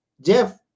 Jeff